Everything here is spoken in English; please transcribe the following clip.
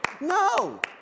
No